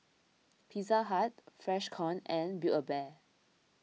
Pizza Hut Freshkon and Build A Bear